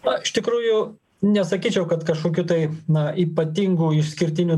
na iš tikrųjų nesakyčiau kad kažkokiu tai na ypatingų išskirtinių